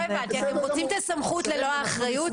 לא הבנתי, אתם רוצים סמכות ללא אחריות?